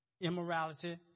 immorality